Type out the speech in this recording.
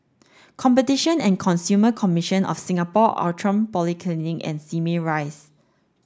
Competition and Consumer Commission of Singapore Outram and Simei Rise